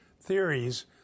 theories